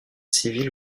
civile